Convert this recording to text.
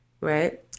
Right